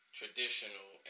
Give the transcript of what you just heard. traditional